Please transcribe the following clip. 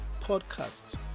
podcast